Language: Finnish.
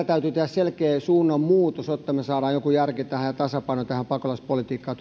täytyy tehdä selkeä suunnanmuutos jotta saadaan joku järki ja tasapaino tähän pakolaispolitiikkaan